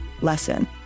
lesson